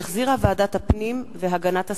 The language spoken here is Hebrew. שהחזירה ועדת הפנים והגנת הסביבה,